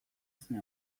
esne